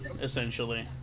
essentially